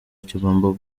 kigomba